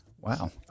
Wow